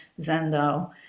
zendo